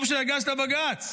טוב שהגשת בג"ץ.